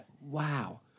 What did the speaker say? wow